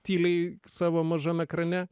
tyliai savo mažam ekrane